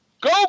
go